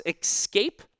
escape